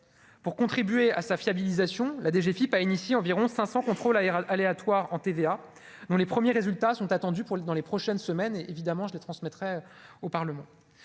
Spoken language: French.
pour contribuer à sa fiabilisation la DGFIP a initié, environ 500 contrôles aléatoire en TVA dont les premiers résultats sont attendus pour le dans les prochaines semaines, évidemment je transmettrai au Parlement,